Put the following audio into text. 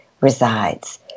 resides